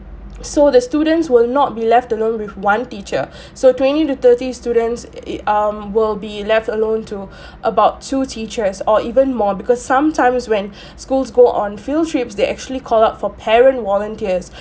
so the students will not be left alone with one teacher so twenty to thirty students it um will be left alone to about two teachers or even more because sometimes when schools go on field trips they actually call up for parent volunteers